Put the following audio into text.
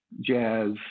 jazz